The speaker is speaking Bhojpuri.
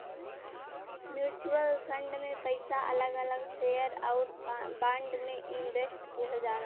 म्युचुअल फंड में पइसा अलग अलग शेयर आउर बांड में इनवेस्ट किहल जाला